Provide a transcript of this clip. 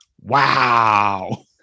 wow